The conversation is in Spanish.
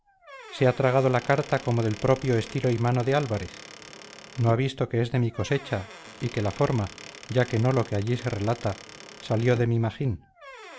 se ha tragado la carta como del propio estilo y mano de álvarez no ha visto que es de mi cosecha y que la forma ya que no lo que allí se relata salió de mi magín